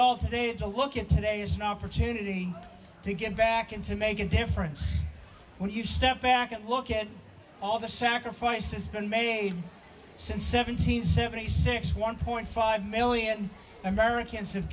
all today to look at today as an opportunity to get back into making a difference when you step back and look at all the sacrifices been made since seven hundred seventy six one point five million americans have